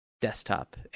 desktop